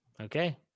okay